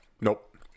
Nope